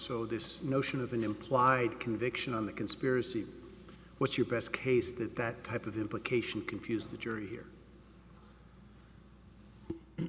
so this notion of an implied conviction on the conspiracy what's your best case that that type of implication confuse the jury he